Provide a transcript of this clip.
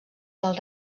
del